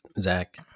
zach